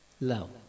love